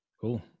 cool